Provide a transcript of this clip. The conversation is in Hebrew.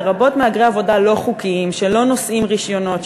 לרבות מהגרי עבודה לא חוקיים שלא נושאים רישיונות,